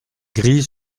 grille